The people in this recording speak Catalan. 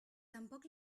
tampoc